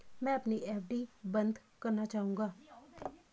मैं अपनी एफ.डी बंद करना चाहूंगा